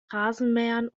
rasenmähern